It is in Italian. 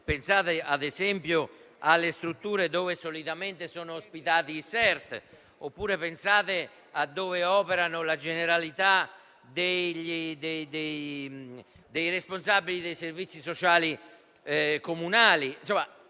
pensare, ad esempio, alle strutture in cui solitamente sono ospitati i Sert, oppure a quelle in cui operano la generalità dei responsabili dei servizi sociali comunali.